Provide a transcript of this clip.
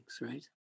right